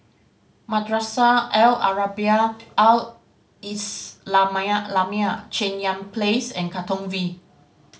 Madrasah Al Arabiah Al Islamiah lamiah Yan Place and Katong V